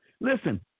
listen